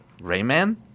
Rayman